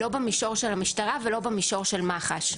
לא במישור של המשטרה ולא במישור של מח"ש.